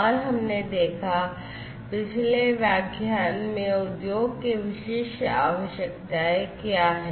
और हमने देखा उद्योग की विशिष्ट आवश्यकताएं क्या हैं